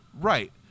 Right